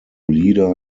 leader